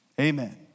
Amen